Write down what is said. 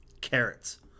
Carrots